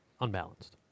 unbalanced